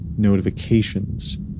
notifications